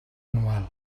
anual